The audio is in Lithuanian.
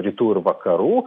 rytų ir vakarų